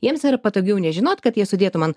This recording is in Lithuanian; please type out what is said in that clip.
jiems patogiau nežinot kad jie sudėtų man